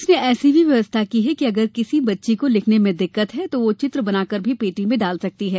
police ने ऐसी भी व्यवस्था की है कि अगर किसी बच्ची को लिखने में दिक्कत है तो वह चित्र बनाकर भी पेटी में डाल सकती है